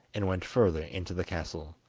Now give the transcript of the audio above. and went further in to the castle.